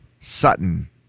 Sutton